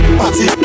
party